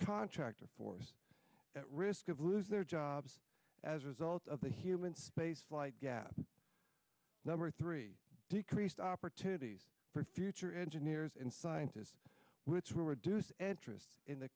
contractor force at risk of lose their jobs as a result of the human spaceflight gap number three decreased opportunities for future engineers and scientists which were deuce entrance in the